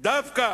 דווקא